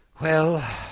Well